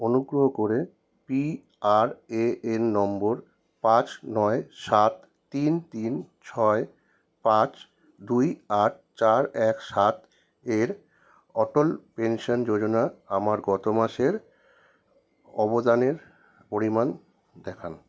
অনুগ্রহ করে পিআরএএন নম্বর পাঁচ নয় সাত তিন তিন ছয় পাঁচ দুই আট চার এক সাত এর অটল পেনশন যোজনা আমার গত মাসের অবদানের পরিমাণ দেখান